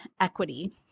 equity